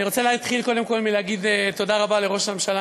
אני רוצה להתחיל קודם כול באמירת תודה רבה לראש הממשלה